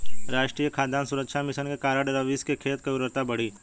राष्ट्रीय खाद्य सुरक्षा मिशन के कारण रवीश के खेत की उर्वरता बढ़ी है